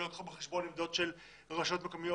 לא ייקחו בחשבון עמדות של רשויות מקומיות